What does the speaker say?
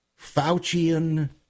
Faucian